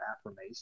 affirmation